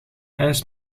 ijs